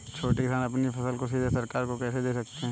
छोटे किसान अपनी फसल को सीधे सरकार को कैसे दे सकते हैं?